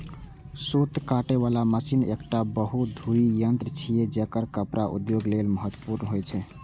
सूत काटे बला मशीन एकटा बहुधुरी यंत्र छियै, जेकर कपड़ा उद्योग लेल महत्वपूर्ण होइ छै